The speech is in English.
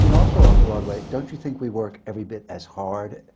and also, off-broadway, don't you think we work every bit as hard?